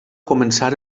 començar